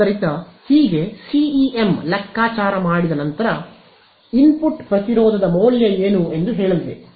ಆದ್ದರಿಂದ ಹೀಗೆ ಸಿಇಎಂ ಲೆಕ್ಕಾಚಾರ ಮಾಡಿದ ನಂತರ ಇನ್ಪುಟ್ ಪ್ರತಿರೋಧದ ಮೌಲ್ಯ ಏನು ಎಂದು ಹೇಳಲಿದೆ